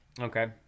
Okay